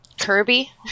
Kirby